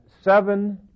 seven